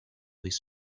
his